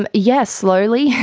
ah yes, slowly,